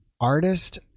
artist